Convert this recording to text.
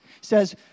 says